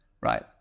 right